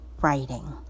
writing